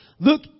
Look